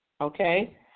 okay